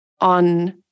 on